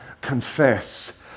confess